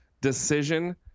decision